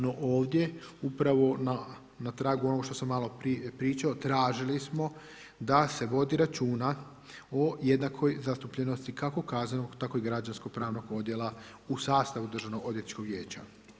No ovdje upravo na tragu onog što sam malo prije pričao tražili smo da se vodi računa o jednakoj zastupljenosti kako kaznenog tako i građanskog pravnog odjela u sastavu Državno-odvjetničkog vijeća.